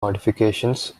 modifications